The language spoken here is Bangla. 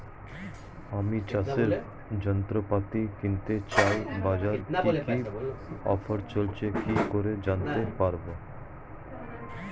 আমি চাষের যন্ত্রপাতি কিনতে চাই বাজারে কি কি অফার চলছে কি করে জানতে পারবো?